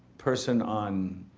person on,